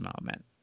moment